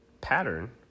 pattern